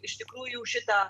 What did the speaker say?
iš tikrųjų šitą